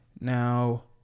Now